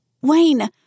Wayne